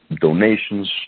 donations